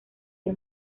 del